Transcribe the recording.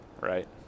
right